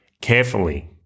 carefully